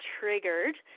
triggered